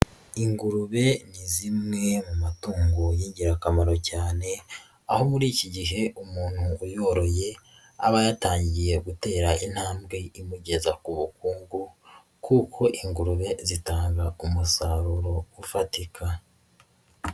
Ingurube ni zimwe mu matungo y'ingirakamaro cyane, aho muri iki gihe umuntu uyoroye, aba yatangiye gutera intambwe imugeza ku bukungu kuko ingurube zitanga umusaruro ufatika.